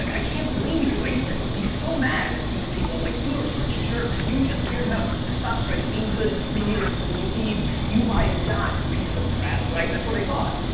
like i can't blame you, i used to be so mad at these people, like, you are such jerks, you just care about the stock price being good in three years so when you leave, you buy a yacht, you piece of crap, right? that's what i thought.